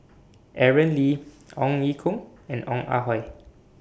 Aaron Lee Ong Ye Kung and Ong Ah Hoi